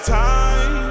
time